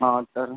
हा हा